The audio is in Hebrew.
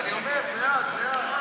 אני אומר, בעד, בעד.